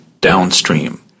downstream